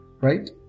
right